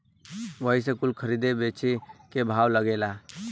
वही से कुल खरीद बेची के भाव लागेला